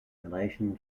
malaysian